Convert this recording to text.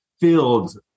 filled